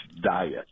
diet